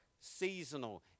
seasonal